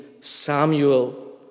Samuel